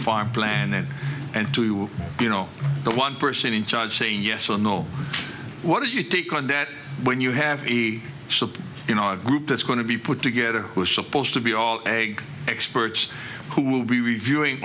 farm planet and to you know the one person in charge saying yes or no what do you take on that when you have so you know a group that's going to be put together we're supposed to be all egg experts who will be reviewing